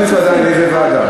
לא החליטו עדיין לאיזה ועדה.